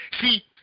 See